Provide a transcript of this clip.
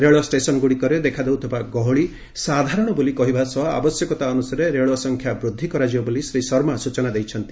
ରେଳ ଷ୍ଟେସନ୍ଗୁଡ଼ିକରେ ଦେଖାଦେଉଥିବା ଗହଳି ସାଧାରଣ ବୋଲି କହିବା ସହ ଆବଶ୍ୟକତା ଅନୁସାରେ ରେଳ ସଂଖ୍ୟା ବୃଦ୍ଧି କରାଯିବ ବୋଲି ଶ୍ରୀ ଶର୍ମା ସୂଚନା ଦେଇଛନ୍ତି